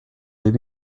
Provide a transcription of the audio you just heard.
deux